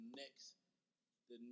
next